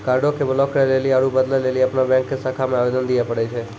कार्डो के ब्लाक करे लेली आरु बदलै लेली अपनो बैंको के शाखा मे आवेदन दिये पड़ै छै